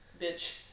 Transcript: bitch